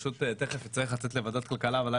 תכף אצטרך לצאת לוועדת הכלכלה אבל היה